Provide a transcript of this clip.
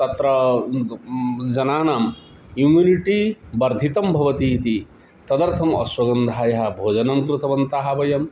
तत्र जनानाम् इम्युनिटि वर्धितं भवति इति तदर्थम् अश्वगन्धायाः भोजनं कृतवन्तः वयम्